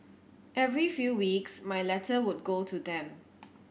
every few weeks my letter would go to them